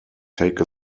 take